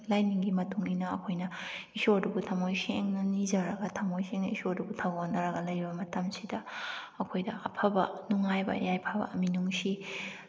ꯂꯥꯏꯅꯤꯡꯒꯤ ꯃꯇꯨꯡ ꯏꯟꯅ ꯑꯩꯈꯣꯏꯅ ꯏꯁꯣꯔꯗꯨꯕꯨ ꯊꯃꯣꯏꯁꯦꯡꯅ ꯅꯤꯖꯔꯒ ꯊꯃꯣꯏꯁꯦꯡꯅ ꯏꯁꯣꯔꯗꯨꯕꯨ ꯊꯧꯒꯣꯟꯅꯔꯒ ꯂꯩꯕ ꯃꯇꯝꯁꯤꯗ ꯑꯩꯈꯣꯏꯗ ꯑꯐꯕ ꯅꯨꯡꯉꯥꯏꯕ ꯌꯥꯏꯐꯕ ꯃꯤꯅꯨꯡꯁꯤ